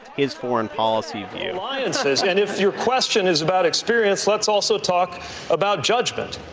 his foreign policy view alliances and if your question is about experience, let's also talk about judgment.